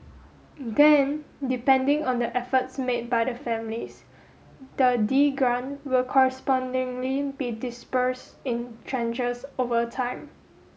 then depending on the efforts made by the families the grant will correspondingly be disbursed in tranches over time